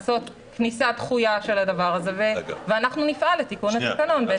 לעשות כניסה דחויה של הדבר הזה ואנחנו נפעל לתיקון התקנון בהתאם.